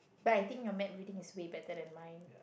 but I think your map reading is way better than mine